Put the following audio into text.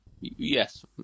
Yes